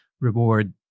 reward